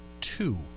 Two